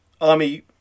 army